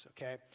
okay